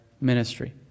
ministry